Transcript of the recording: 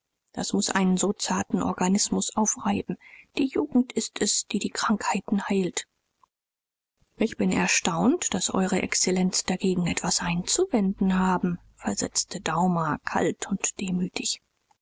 das muß einen so zarten organismus aufreiben die jugend ist es die die krankheiten heilt ich bin erstaunt daß eure exzellenz dagegen etwas einzuwenden haben versetzte daumer kalt und demütig